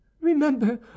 remember